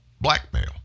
blackmail